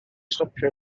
stopio